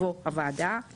יבוא "הוועדה";